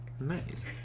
nice